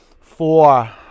four